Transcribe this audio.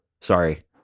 sorry